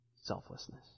selflessness